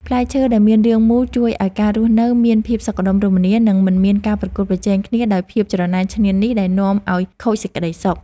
ផ្លែឈើដែលមានរាងមូលជួយឱ្យការរស់នៅមានភាពសុខដុមរមនា និង មិនមានការប្រកួតប្រជែងគ្នាដោយភាពច្រណែនឈ្នានីសដែលនាំឱ្យខូចសេចក្តីសុខ។